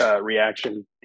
reaction